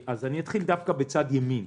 אני אתחיל דווקא בצד ימין.